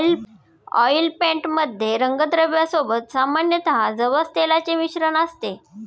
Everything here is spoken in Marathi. ऑइल पेंट मध्ये रंगद्रव्या सोबत सामान्यतः जवस तेलाचे मिश्रण असते